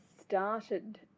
started